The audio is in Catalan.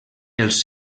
els